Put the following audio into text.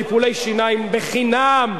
טיפולי שיניים בחינם.